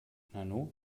nanu